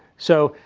so,